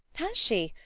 has she?